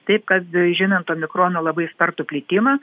taip kad žinant omikrono labai spartų plitimą